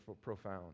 profound